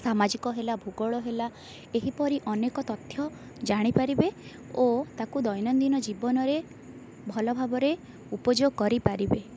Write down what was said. ସାମାଜିକ ହେଲା ଭୂଗୋଳ ହେଲା ଏହିପରି ଅନେକ ତଥ୍ୟ ଜାଣିପାରିବେ ଓ ତାକୁ ଦୈନଦିନ ଜୀବନରେ ଭଲ ଭାବରେ ଉପଯୋଗ କରିପାରିବେ